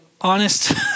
honest